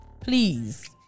please